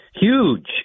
Huge